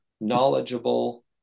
knowledgeable